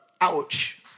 Ouch